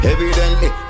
Evidently